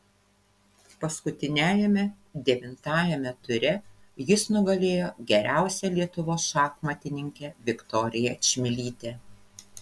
paskutiniajame devintajame ture jis nugalėjo geriausią lietuvos šachmatininkę viktoriją čmilytę